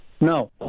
No